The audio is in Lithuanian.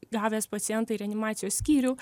gavęs pacientą į reanimacijos skyrių